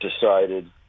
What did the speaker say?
decided